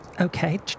Okay